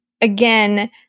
again